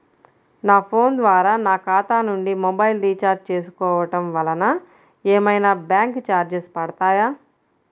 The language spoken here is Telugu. నా ఫోన్ ద్వారా నా ఖాతా నుండి మొబైల్ రీఛార్జ్ చేసుకోవటం వలన ఏమైనా బ్యాంకు చార్జెస్ పడతాయా?